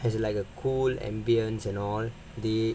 has like a cool ambience and all they